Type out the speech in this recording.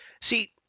See